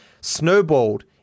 snowballed